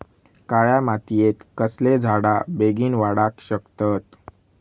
काळ्या मातयेत कसले झाडा बेगीन वाडाक शकतत?